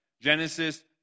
genesis